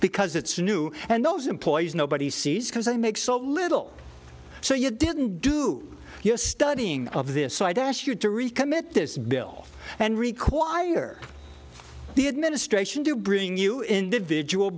because it's new and those employees nobody sees because they make so little so you didn't do your studying of this so i'd ask you to recommit this bill and require the administration to bring you individual